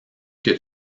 que